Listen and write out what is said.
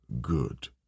Good